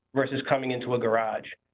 versus coming into a garage.